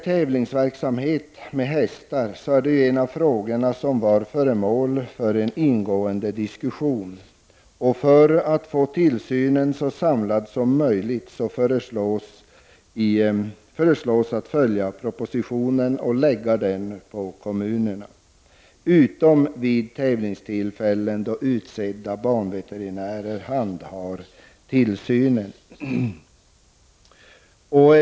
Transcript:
Tävlingsverksamhet med hästar är en av de frågor som har varit föremål för en ingående diskussion. För att få tillsynen så samlad som möjligt föreslås i propositionen att tillsynen skall läggas på kommunerna utom vid tävlingstillfällen då utsedda banveterinärer har hand om tillsynen.